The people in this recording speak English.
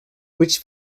which